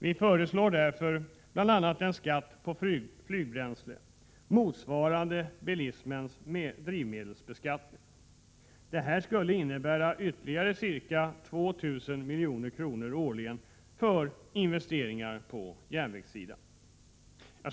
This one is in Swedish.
Vi föreslår därför bl.a. en skatt på flygbränsle, motsvarande bilismens drivmedelsbeskattning. Detta skulle innebära ytterligare ca 2 000 milj.kr. årligen för investeringar på järnvägssidan.